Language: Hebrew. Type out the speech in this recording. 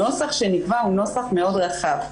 הנוסח שנקבע הוא נוסח מאוד רחב.